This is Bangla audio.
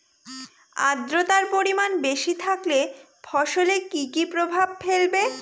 আদ্রর্তার পরিমান বেশি থাকলে ফসলে কি কি প্রভাব ফেলবে?